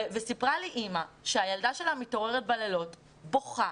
סיפרה לי אימא שהילדה שלה מתעוררת בלילות בוכה,